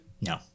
No